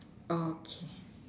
okay